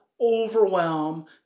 overwhelm